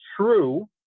true